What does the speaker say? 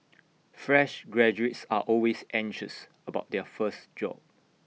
fresh graduates are always anxious about their first job